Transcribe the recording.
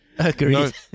Agreed